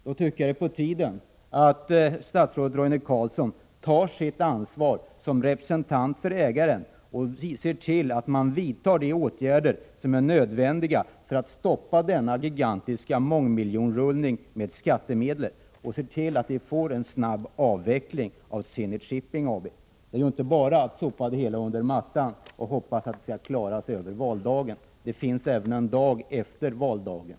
Jag tycker att det är på tiden att statsrådet Roine Carlsson tar sitt ansvar som representant för ägaren och ser till att nödvändiga åtgärder vidtas för att stoppa denna gigantiska mångmiljonrullning med skattemedel och att en snabb avveckling av Zenit Shipping AB kommer till stånd. Det går inte att bara sopa det hela under mattan och hoppas att det skall klara sig över valdagen. Det kommer en dag även efter valdagen.